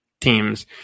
teams